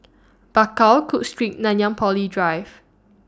Bakau Cook Street Nanyang Poly Drive